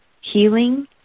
healing